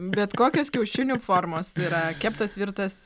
bet kokios kiaušinių formos yra keptas virtas